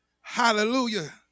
Hallelujah